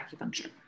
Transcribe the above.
acupuncture